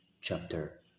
chapter